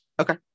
Okay